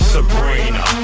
Sabrina